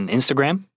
Instagram